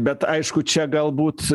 bet aišku čia galbūt